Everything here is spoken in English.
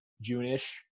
June-ish